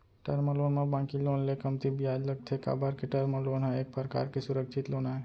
term loan म बाकी loan ले कमती बियाज लगथे काबर के टर्म लोन ह एक परकार के सुरक्छित लोन आय